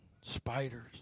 spiders